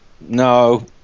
No